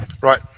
Right